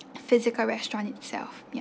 physical restaurant itself yup